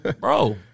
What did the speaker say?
bro